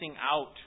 out